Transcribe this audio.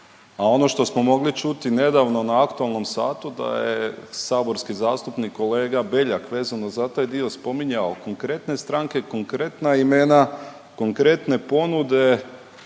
a ono što smo mogli čuti nedavno na aktualnom satu da je saborski zastupnik kolega Beljak vezano za taj dio spominjao konkretne stranke, konkretna imena, konkretne ponude,